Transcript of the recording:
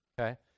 Okay